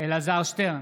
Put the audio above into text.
אלעזר שטרן,